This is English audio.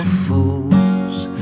fools